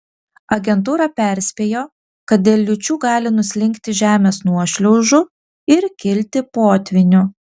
agentūra perspėjo kad dėl liūčių gali nuslinkti žemės nuošliaužų ir kilti potvynių